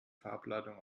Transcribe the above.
farbladung